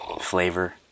flavor